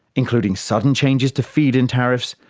including sudden changes to feed-in tariffs,